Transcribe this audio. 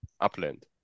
upland